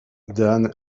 than